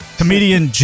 comedian